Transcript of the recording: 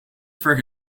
for